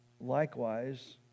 Likewise